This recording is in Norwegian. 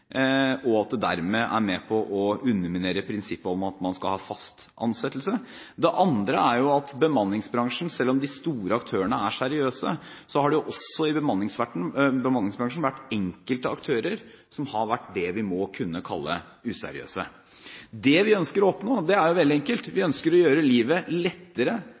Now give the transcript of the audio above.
og at det dermed er med på å underminere prinsippet om at man skal ha fast ansettelse. Det andre er at selv om de store aktørene er seriøse, har det i bemanningsbransjen også vært enkelte aktører som har vært det vi må kunne kalle useriøse. Det vi ønsker å oppnå, er veldig enkelt. Vi ønsker å gjøre livet lettere